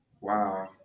Wow